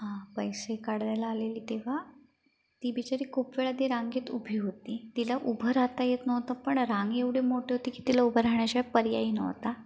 पैसे काढायला आलेली तेव्हा ती बिचारी खूप वेळा ती रांगेत उभी होती तिला उभं राहता येत नव्हतं पण रांग एवढी मोठी होती की तिला उभं राहण्याशिवाय पर्याय नव्हता